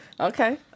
okay